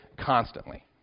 constantly